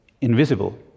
invisible